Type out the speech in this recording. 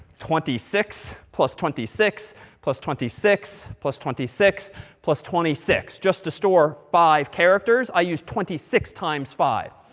twenty six plus twenty six plus twenty six plus twenty six plus twenty six. just to store five characters, i use twenty six times five.